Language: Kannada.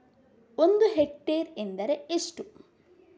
ಒಂದು ಹೆಕ್ಟೇರ್ ಎಂದರೆ ಎಷ್ಟು?